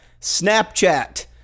Snapchat